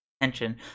attention